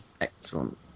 excellent